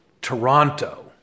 Toronto